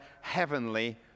heavenly